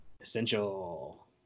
essential